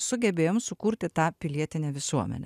sugebėjom sukurti tą pilietinę visuomenę